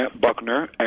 Buckner